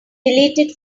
deleted